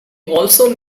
also